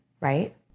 right